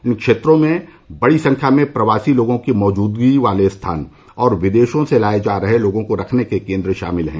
इन क्षेत्रों में बड़ी संख्या में प्रवासी लोगों की मौजूदगी वाले स्थान और विदेशों से लाये जा रहे लोगों को रखने के केन्द्र शामिल हैं